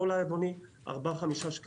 תודה רבה אדוני היושב ראש.